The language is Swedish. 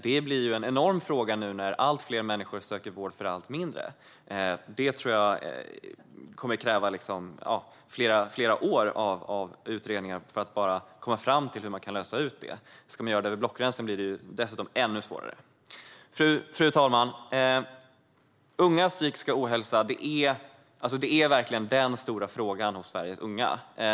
Det blir ju en enorm fråga nu när allt fler människor söker vård för allt mindre, och jag tror att det kommer att krävas flera år av utredningar bara för att komma fram till hur man kan lösa det. Ska man dessutom göra det över blockgränsen blir det ännu svårare. Fru talman! Ungas psykiska ohälsa är den stora frågan för Sveriges unga.